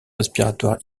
respiratoire